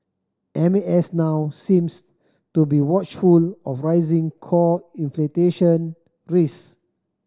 M A S now seems to be watchful of rising core risk